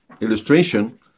illustration